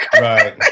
right